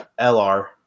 LR